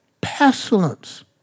pestilence